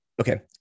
Okay